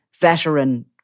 veteran